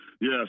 Yes